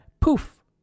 poof